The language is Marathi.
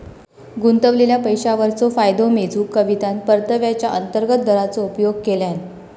गुंतवलेल्या पैशावरचो फायदो मेजूक कवितान परताव्याचा अंतर्गत दराचो उपयोग केल्यान